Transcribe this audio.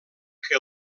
que